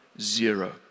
zero